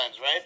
right